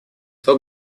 два